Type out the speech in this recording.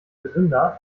gesünder